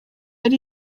yari